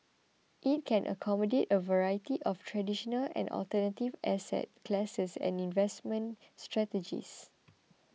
it can accommodate a variety of traditional and alternative asset classes and investment strategies